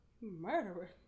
Murderer